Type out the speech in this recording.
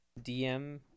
DM